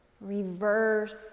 reverse